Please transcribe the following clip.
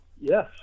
yes